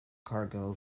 cargo